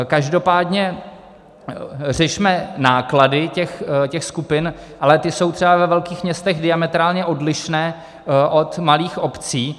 Každopádně řešme náklady těch skupin, ale ty jsou třeba ve velkých městech diametrálně odlišné od malých obcí.